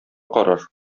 карар